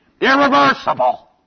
Irreversible